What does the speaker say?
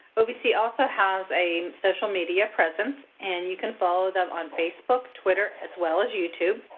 ovc also has a special media presence and you can follow them on facebook, twitter as well as youtube.